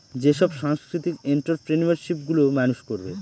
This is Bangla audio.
যেসব সাংস্কৃতিক এন্ট্ররপ্রেনিউরশিপ গুলো মানুষ করবে